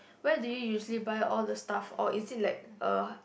where do you usually buy all the stuff or is it like a